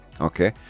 Okay